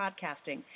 podcasting